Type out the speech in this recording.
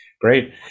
Great